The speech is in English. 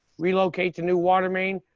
relocate to new water main.